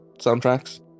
soundtracks